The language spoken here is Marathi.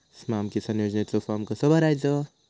स्माम किसान योजनेचो फॉर्म कसो भरायचो?